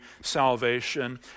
salvation